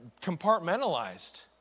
compartmentalized